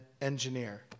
engineer